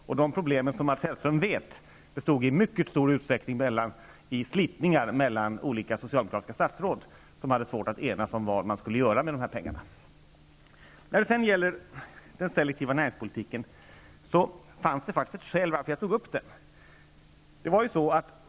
Som Mats Hellström vet bestod de problemen i mycket stor utsträckning av slitningar mellan olika socialdemokratiska statsråd, som hade svårt att enas om vad man skulle göra med de här pengarna. Det fanns faktiskt ett skäl till att jag tog upp den selektiva näringspolitiken.